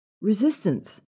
resistance